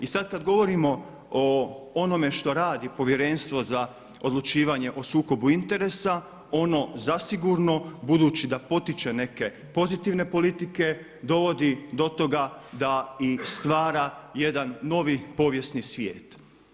I sad kad govorimo o onome što radi Povjerenstvo za odlučivanje o sukobu interesa ono zasigurno budući da potiče neke pozitivne politike dovodi do toga da i stvara jedan novi povijesni svijet.